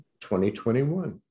2021